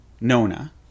Nona